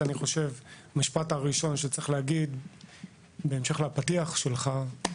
המשפט הראשון שצריך להגיד בהמשך לפתיח שלך,